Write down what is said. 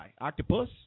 Octopus